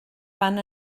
fan